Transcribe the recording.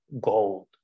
gold